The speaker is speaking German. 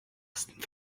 ersten